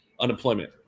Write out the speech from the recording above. Unemployment